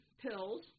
pills